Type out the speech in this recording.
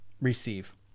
receive